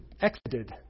exited